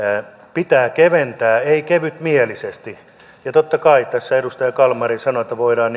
pitää keventää mutta ei kevytmielisesti ja totta kai kuten tässä edustaja kalmari sanoi voidaan